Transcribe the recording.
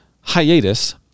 hiatus